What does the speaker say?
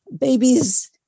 babies